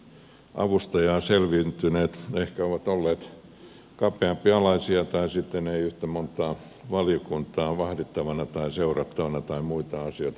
he ehkä ovat olleet kapeampialaisia tai sitten ei yhtä montaa valiokuntaa ole ollut vahdittavana tai seurattavana tai muita asioita päälle kaatumassa